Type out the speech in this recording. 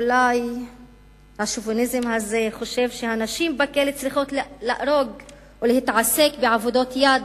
אולי השוביניזם הזה חושב שהנשים בכלא צריכות לארוג ולהתעסק בעבודות יד,